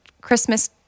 Christmas